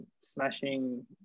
smashing